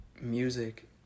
music